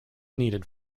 needed